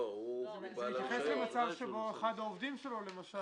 זה מתייחס למצב שבו אחד העובדים ביצע.